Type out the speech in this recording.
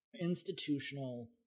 institutional